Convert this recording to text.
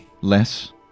less